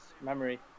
memory